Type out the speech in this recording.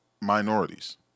minorities